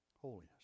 Holiness